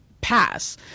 pass